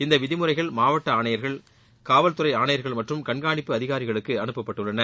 இந்த விதிமுறைகள் மாவட்ட ஆணையா்கள் காவல்துறை ஆணையா்கள் மற்றும் கண்காணிப்பு அதிகாரிகளுக்கு அனுப்பப்பட்டுள்ளன